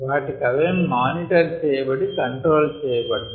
వాటికవే monitor చేయబడి control చేయ బడును